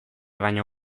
baino